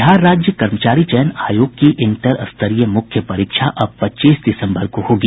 बिहार राज्य कर्मचारी चयन आयोग की इंटर स्तरीय मुख्य परीक्षा अब पच्चीस दिसम्बर को होगी